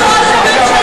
איפה ראש הממשלה?